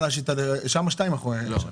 אחד.